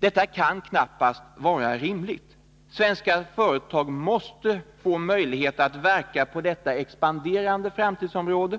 Detta kan knappast vara rimligt. Svenska företag måste få möjlighet att verka på det expanderande framtidsområde